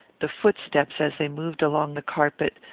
the footsteps, as they moved along the carpet,